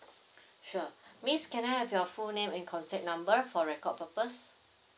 sure miss can I have your full name and contact number for record purposes